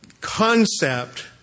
concept